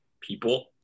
people